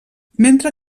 mentre